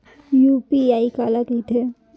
UPI काला कहिथे?